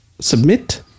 submit